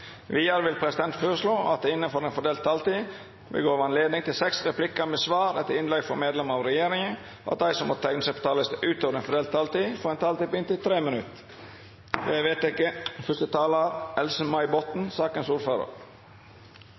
Vidare vil presidenten føreslå at det – innanfor den fordelte taletida – vert gjeve anledning til inntil seks replikkar med svar etter innlegg frå medlemer av regjeringa, og at dei som måtte teikna seg på talarlista utover den fordelte taletida, får ei taletid på inntil 3 minutt. – Det er vedteke.